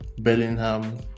Bellingham